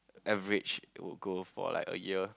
average it would go for like a year